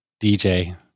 DJ